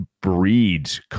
breeds